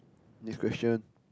next question